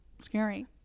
scary